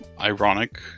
ironic